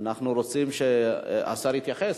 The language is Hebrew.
אנחנו רוצים שהשר יתייחס,